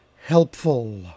helpful